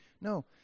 No